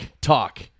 Talk